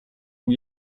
new